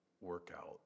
workout